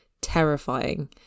terrifying